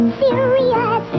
serious